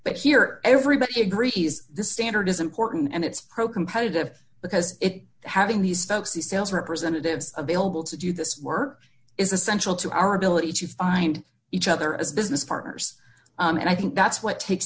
but here everybody agree he is the standard is important and it's pro competitive because it having these folks the sales representatives available to do this work is essential to our ability to find each other as business partners and i think that's what takes